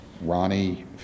Ronnie